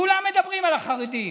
כולם מדברים על החרדים,